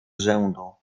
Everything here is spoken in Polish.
rzędu